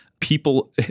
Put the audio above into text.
people